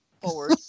forward